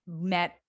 met